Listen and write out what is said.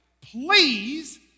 please